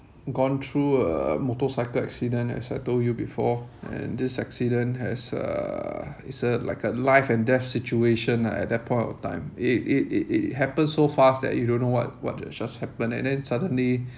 gone through a motorcycle accident as I told you before and this accident has uh it's a like a life and death situation lah at that point of time it it it it happened so fast that you don't know what what just happened and then suddenly